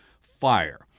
fire